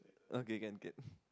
okay can can